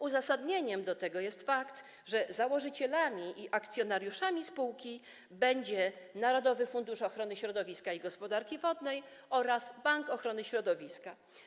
Uzasadnieniem tego jest fakt, że założycielami i akcjonariuszami spółki będą Narodowy Fundusz Ochrony Środowiska i Gospodarki Wodnej oraz Bank Ochrony Środowiska.